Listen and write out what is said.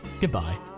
Goodbye